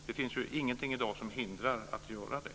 Det finns ingenting i dag som hindrar skolor från att göra det.